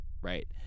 right